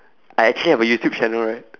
I actually have a youtube channel right